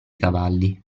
cavalli